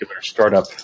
startup